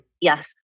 Yes